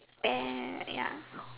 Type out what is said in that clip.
and ya